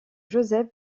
joseph